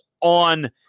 on